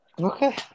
Okay